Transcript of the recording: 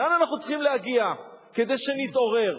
לאן אנחנו צריכים להגיע כדי שנתעורר?